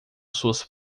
suas